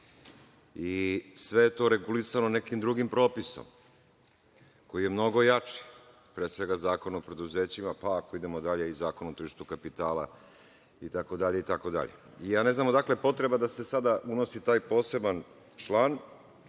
Sve je to regulisano nekim drugim propisom koji je mnogo jači, pre svega Zakon o preduzećima, pa ako idemo dalje, i Zakon o tržištu kapitala itd. Ja ne znam odakle potreba da se sada unosi taj poseban član,